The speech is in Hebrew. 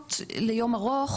מעונות ליום ארוך,